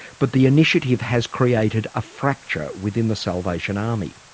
but the initiative has created a fracture within the salvation army.